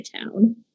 town